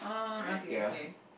ya